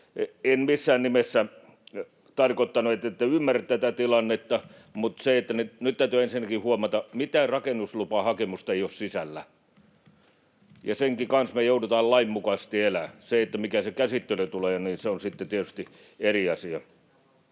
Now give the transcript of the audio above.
En missään nimessä tarkoittanut, ettette ymmärrä tätä tilannetta. Mutta nyt täytyy ensinnäkin huomata, että mitään rakennuslupahakemusta ei ole sisällä, ja senkin kanssa me joudutaan lainmukaisesti elämään. Se, mikä se käsittely tulee olemaan, on sitten tietysti eri asia.